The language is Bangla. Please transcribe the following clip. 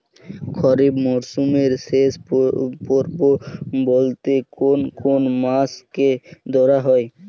খরিপ মরসুমের শেষ পর্ব বলতে কোন কোন মাস কে ধরা হয়?